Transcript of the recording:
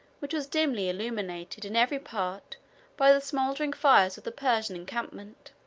which was dimly illuminated in every part by the smouldering fires of the persian encampment.